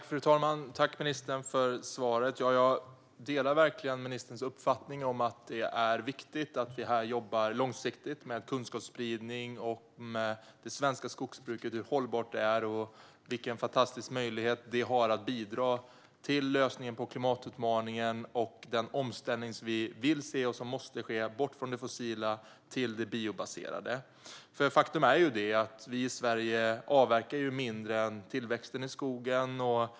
Fru talman! Tack, ministern, för svaret! Jag delar verkligen ministerns uppfattning att det är viktigt att vi jobbar långsiktigt med kunskapsspridning om det svenska skogsbruket, hur hållbart det är och vilken fantastisk möjlighet det har att bidra till lösningen på klimatutmaningen och den omställning som vi vill se och som måste ske bort från det fossila till det biobaserade. Faktum är ju att vi i Sverige avverkar mindre än tillväxten i skogen.